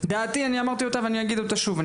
את דעתי אמרתי ואני אומר אותה שוב.